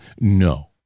no